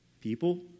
people